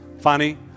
Funny